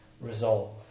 resolve